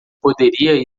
poderia